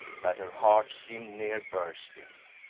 that her heart seemed near bursting.